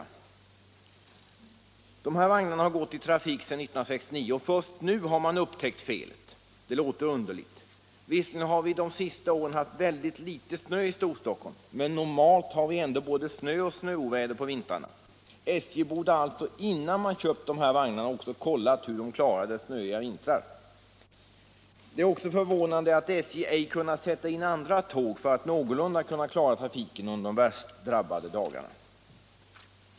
V De här vagnarna har gått i trafik sedan 1969, och först nu har man upptäckt felet. Det låter underligt. Visserligen har vi de senaste åren haft väldigt litet snö i Storstockholm, men normalt har vi ändå både snö och snöoväder på vintrarna. SJ borde alltså innan man köpt de här vagnarna också ha kollat hur de klarade snöiga vintrar. Det är också förvånande att SJ ej kunnat sätta in andra tåg för att någorlunda klara trafiken under de värst drabbade dagarna.